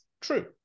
true